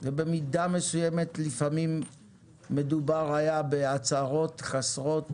ובמידה מסוימת לפעמים מדובר היה בהצהרות חסרות